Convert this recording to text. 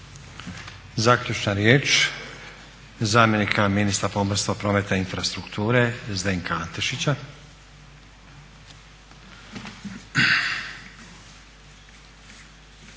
Zaključna riječ zamjenika ministra pomorstva, prometa i infrastrukture Zdenka Antešića.